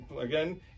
again